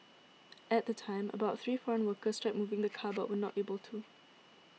at the time about three foreign workers tried moving the car but were not able to